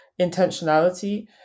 intentionality